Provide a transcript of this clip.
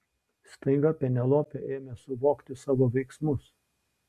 staiga penelopė ėmė suvokti savo veiksmus